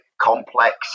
complex